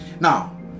Now